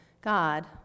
God